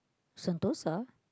Sentosa